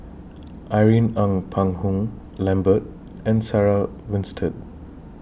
Irene Ng Phek Hoong Lambert and Sarah Winstedt